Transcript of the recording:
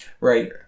Right